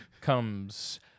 comes